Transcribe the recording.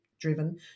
driven